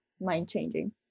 mind-changing